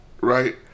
right